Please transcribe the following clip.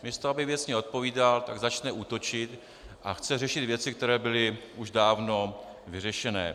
Místo aby věcně odpovídal, tak začne útočit a chce řešit věci, které byly už dávno vyřešené.